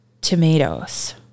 tomatoes